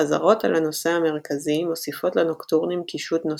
חזרות על הנושא המרכזי מוסיפות לנוקטורנים קישוט נוסף,